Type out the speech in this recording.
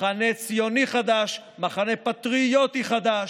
מחנה ציוני חדש, מחנה פטריוטי חדש,